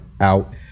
out